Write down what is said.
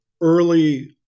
early